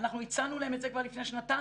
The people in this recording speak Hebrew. אנחנו הצענו להם את זה כבר לפני שנתיים,